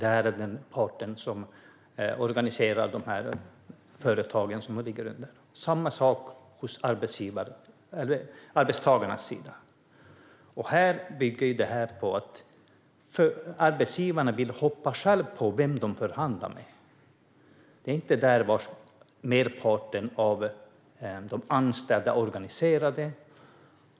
Det är den part som organiserar de berörda företagen. Det är samma sak på arbetstagarnas sida. Konflikten i Göteborg bygger på att arbetsgivarna själva vill bestämma vem de förhandlar med. De förhandlar inte med det förbund där merparten av de anställda är organiserade.